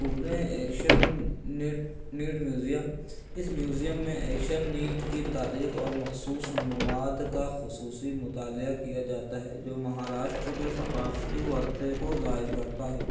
پونے ایشین نیٹ نیٹ میوزیم اس میوزیم میں ایشین نیٹ کی تاریخ اور مخصوص مواد کا خصوصی مطالعہ کیا جاتا ہے جو مہاراشٹر کے ثقافتی ورثے کو ظاہر کرتا ہے